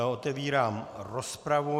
Otevírám rozpravu.